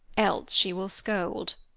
else she will scold.